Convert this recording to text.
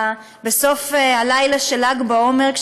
בסוף הלילה של ל"ג בעומר,